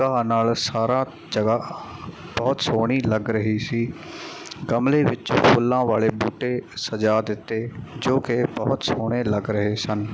ਘਾਹ ਨਾਲ ਸਾਰਾ ਜਗ੍ਹਾ ਬਹੁਤ ਸੋਹਣੀ ਲੱਗ ਰਹੀ ਸੀ ਗਮਲੇ ਵਿੱਚ ਫੁੱਲਾਂ ਵਾਲੇ ਬੂਟੇ ਸਜਾ ਦਿੱਤੇ ਜੋ ਕਿ ਬਹੁਤ ਸੋਹਣੇ ਲੱਗ ਰਹੇ ਸਨ